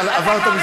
לך ילדים גדולים.